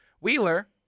Wheeler